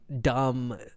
dumb